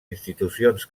institucions